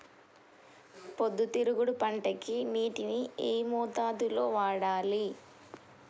పొద్దుతిరుగుడు పంటకి నీటిని ఏ మోతాదు లో వాడాలి?